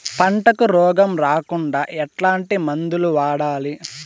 పంటకు రోగం రాకుండా ఎట్లాంటి మందులు వాడాలి?